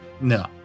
No